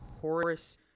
Horace